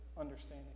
understanding